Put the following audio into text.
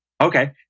Okay